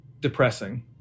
depressing